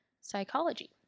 psychology